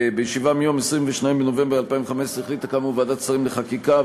בישיבה ביום 22 בנובמבר 2015 החליטה כאמור ועדת השרים לחקיקה,